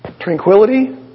tranquility